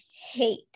hate